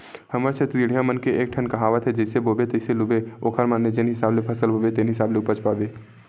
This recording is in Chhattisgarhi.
हमर छत्तीसगढ़िया मन के एकठन कहावत हे जइसे बोबे तइसने लूबे ओखर माने जेन हिसाब ले फसल बोबे तेन हिसाब ले उपज पाबे